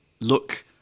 look